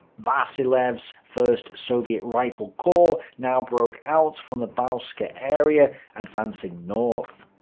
vassilev's first soviet rifle corps now broke out from the bauske area, advancing north.